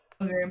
Okay